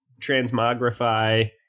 transmogrify